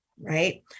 right